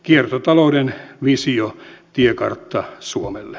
kiertotalouden visio tiekartta suomelle